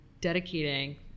dedicating